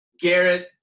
Garrett